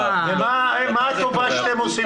מה הטובה שאתם עושים?